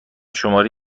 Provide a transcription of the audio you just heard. شماره